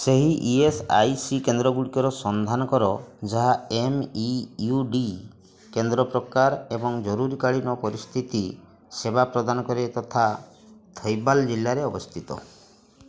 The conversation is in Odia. ସେହି ଇ ଏସ୍ ଆଇ ସି କେନ୍ଦ୍ରଗୁଡ଼ିକର ସନ୍ଧାନ କର ଯାହା ଏମ୍ ଇ ୟୁ ଡ଼ି କେନ୍ଦ୍ର ପ୍ରକାର ଏବଂ ଜରୁରୀକାଳୀନ ପରିସ୍ଥିତି ସେବା ପ୍ରଦାନ କରେ ତଥା ଥୌବାଲ୍ ଜିଲ୍ଲାରେ ଅବସ୍ଥିତ